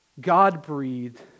God-breathed